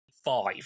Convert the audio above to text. Five